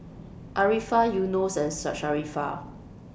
Arifa Yunos and Sharifah